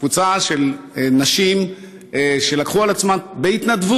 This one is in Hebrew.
קבוצה של נשים שלקחו על עצמן בהתנדבות